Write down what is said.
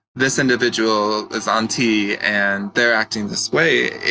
this individual is on t and they're acting this way.